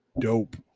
dope